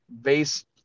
base